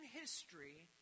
history